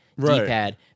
D-pad